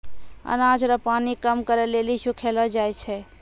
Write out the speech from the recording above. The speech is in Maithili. अनाज रो पानी कम करै लेली सुखैलो जाय छै